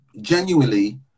genuinely